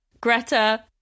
Greta